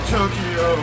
Tokyo